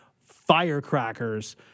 firecrackers